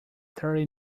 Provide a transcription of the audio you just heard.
thirty